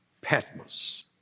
Patmos